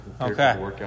Okay